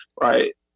right